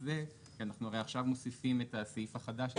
זה כי אנחנו הרי עכשיו מוסיפים את הסעיף החדש,